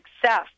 success